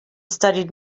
studied